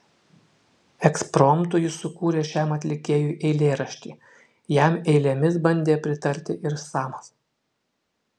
ekspromtu jis sukūrė šiam atlikėjui eilėraštį jam eilėmis bandė pritarti ir samas